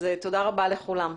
אז תודה רבה לכולם.